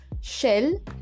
shell